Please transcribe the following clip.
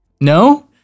No